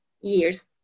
years